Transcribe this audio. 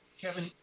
Kevin